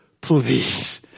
Please